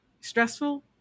stressful